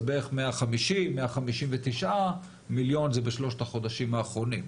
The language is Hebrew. אז בערך 150 159 מיליון זה בשלושת החודשים האחרונים,